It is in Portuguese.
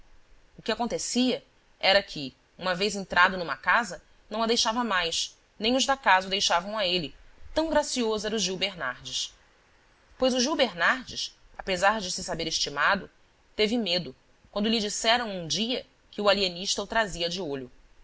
o que acontecia era que uma vez entrado numa casa não a deixava mais nem os da casa o deixavam a ele tão gracioso era o gil bernardes pois o gil bernardes apesar de se saber estimado teve medo quando lhe disseram um dia que o alienista o trazia de olho